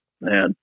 Man